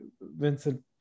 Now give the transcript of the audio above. Vincent